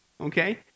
Okay